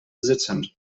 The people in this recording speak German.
sitzend